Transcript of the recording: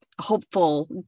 hopeful